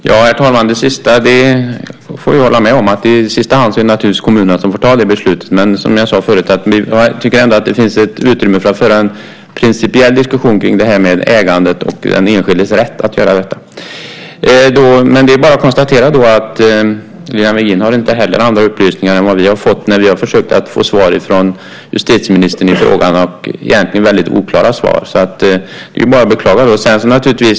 Herr talman! Det sista får jag hålla med om. I sista hand är det naturligtvis kommunerna som får fatta det beslutet. Men jag tycker ändå att det finns ett utrymme för att föra en principiell diskussion om ägandet och den enskildes rätt. Det är bara att konstatera att Lilian Virgin inte har andra upplysningar än vad vi har fått när vi har försökt att få svar från justitieministern i frågan. Det har egentligen varit väldigt oklara svar. Det är bara att beklaga.